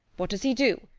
what does he do?